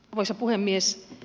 arvoisa puhemies